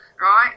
right